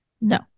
No